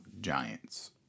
Giants